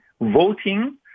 voting